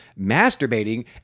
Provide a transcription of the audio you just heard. masturbating